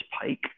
pike